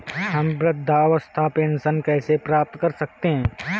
हम वृद्धावस्था पेंशन कैसे प्राप्त कर सकते हैं?